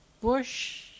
bush